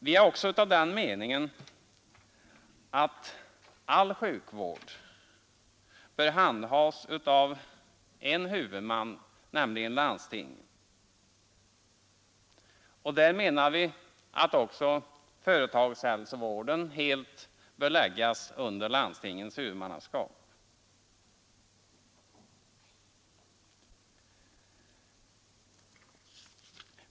Vi är också av den meningen att all sjukvård bör handhas av en huvudman, nämligen landstinget. Vi anser att även företagshälsovården helt bör läggas under landstingens huvudmannaskap.